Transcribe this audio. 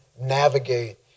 navigate